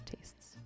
tastes